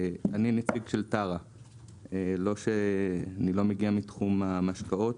אני נציג של טרה, אני לא מגיע מתחום המשקאות,